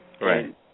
Right